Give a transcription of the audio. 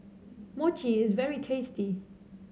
Mochi is very tasty